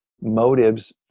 motives